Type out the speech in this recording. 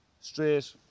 straight